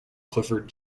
clifford